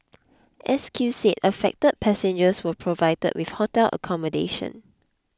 S Q said affected passengers were provided with hotel accommodation